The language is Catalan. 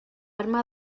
arma